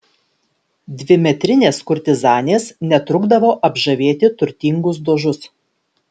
dvimetrinės kurtizanės netrukdavo apžavėti turtingus dožus